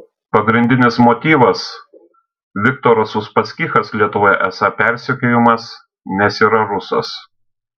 pagrindinis motyvas viktoras uspaskichas lietuvoje esą persekiojamas nes yra rusas